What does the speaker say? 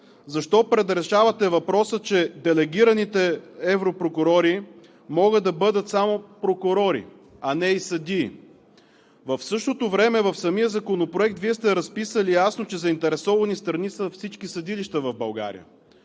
защо предрешавате въпроса, че делегираните европрокурори могат да бъдат само прокурори, а не и съдии? В същото време в самия законопроект Вие сте разписали ясно, че заинтересовани страни са всички съдилища в България,